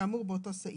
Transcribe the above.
כאמור באותו הסעיף..".